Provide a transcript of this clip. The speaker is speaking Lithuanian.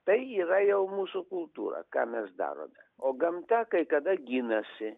tai yra jau mūsų kultūra ką mes darome o gamta kai kada ginasi